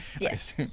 Yes